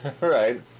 Right